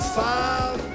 five